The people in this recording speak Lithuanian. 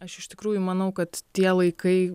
aš iš tikrųjų manau kad tie laikai